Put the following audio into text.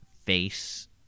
face